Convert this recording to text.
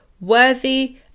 worthy